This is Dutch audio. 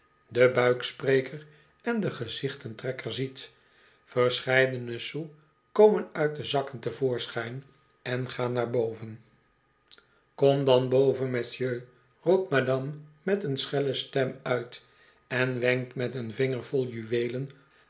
den buikspreker en den gezichtentrekker ziet verscheidene sous komen uit de zakken te voorschijn en gaan naar boven kom dan boven messieurs roept madame met een schelle stem uit en wenkt met een vinger vol juweelen